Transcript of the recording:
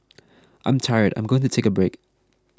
I'm tired I'm going to take a break